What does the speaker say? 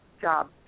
job